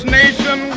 nation